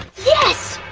yes!